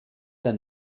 der